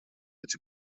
эти